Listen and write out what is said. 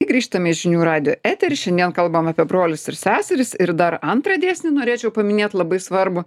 grįžtame į žinių radijo eterį šiandien kalbame apie brolius ir seseris ir dar antrą dėsnį norėčiau paminėti labai svarbų